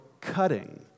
cutting